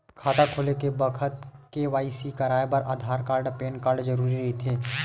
खाता खोले के बखत के.वाइ.सी कराये बर आधार कार्ड अउ पैन कार्ड जरुरी रहिथे